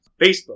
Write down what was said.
Facebook